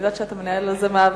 אני יודעת שאתה מנהל על זה מאבק.